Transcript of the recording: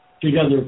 together